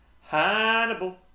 Hannibal